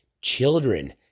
children